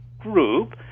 group